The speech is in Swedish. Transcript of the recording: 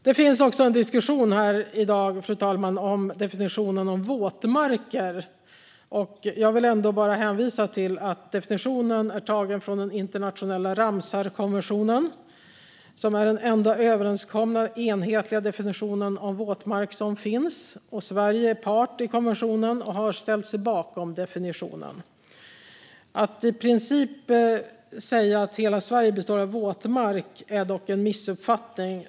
Det finns i dag en diskussion om definitionen av våtmarker. Jag vill hänvisa till att definitionen är tagen från den internationella Ramsarkonventionen, som är den enda överenskomna enhetliga definition av våtmark som finns. Sverige är part i konventionen och har ställt sig bakom definitionen. Att i princip säga att hela Sverige består av våtmark är dock en missuppfattning.